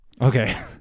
Okay